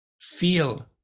Feel